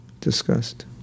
discussed